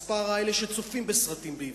מספר אלה שצופים בסרטים בעברית,